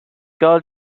got